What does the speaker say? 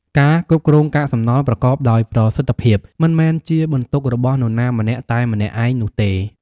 ការគ្រប់គ្រងកាកសំណល់ប្រកបដោយប្រសិទ្ធភាព មិនមែនជាបន្ទុករបស់នរណាម្នាក់តែម្នាក់ឯងនោះទេ។